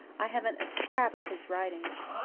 i haven't a scrap of his writings.